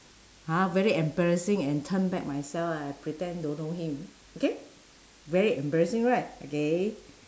!huh! very embarrassing and turn back myself and I pretend don't know him okay very embarrassing right okay